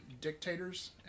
dictators